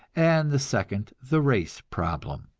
and the second the race problem.